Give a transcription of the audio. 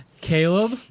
Caleb